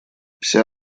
вся